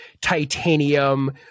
titanium